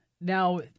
Now